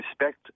respect